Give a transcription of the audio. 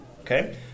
Okay